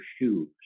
shoes